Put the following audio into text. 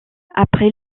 après